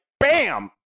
BAM